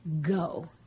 go